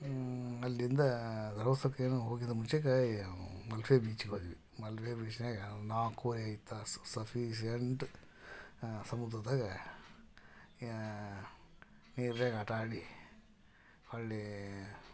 ಅಲ್ಲಿಂದ ಧರ್ಮಸ್ಥಳಕ್ಕೆ ಏನೋ ಹೋಗಿದ್ದ ಮುಂಚೆಗೆ ಮಲ್ಪೆ ಬೀಚಿಗೆ ಹೋದ್ವಿ ಮಲ್ಪೆ ಬೀಚ್ನ್ಯಾಗ ನಾಲ್ಕುವರೆ ತಾಸು ಸಫೀಸಿಯೆಂಟ್ ಆ ಸಮುದ್ರದಾಗ ನೀರ್ನ್ಯಾಗ ಆಟ ಆಡಿ ಹಳ್ಳಿ